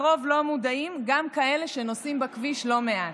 הרוב, לא מודעים, גם אלה שנוסעים בכביש לא מעט.